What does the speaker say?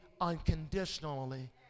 unconditionally